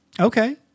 Okay